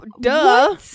Duh